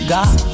God